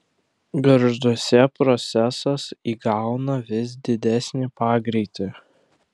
gargžduose procesas įgauna vis didesnį pagreitį